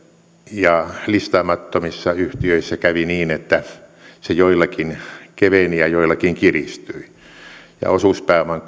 ja listaamattomissa yhtiöissä kävi niin että se joillakin keveni ja joillakin kiristyi ja osuuspääoman